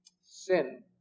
Sin